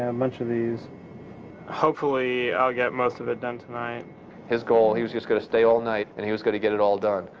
and bunch of these um hopefully i'll get most of it done tonight his goal he was just going to stay all night and he was going to get it all done.